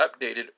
updated